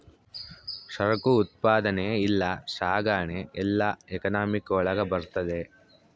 ಸರಕು ಉತ್ಪಾದನೆ ಇಲ್ಲ ಸಾಗಣೆ ಎಲ್ಲ ಎಕನಾಮಿಕ್ ಒಳಗ ಬರ್ತದೆ